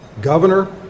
governor